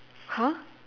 !huh!